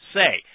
say